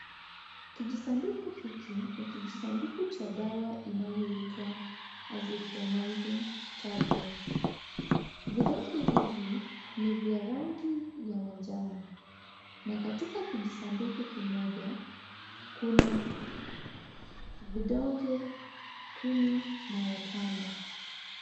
Kijisanduku hiki ni kijisanduku cha dawa inayoitwa Azithromycin tablets vidonge hivi ni vya rangi ya manjano na katika kijisanduku kimoja kuna vidonge kumi mara tano.